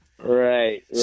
Right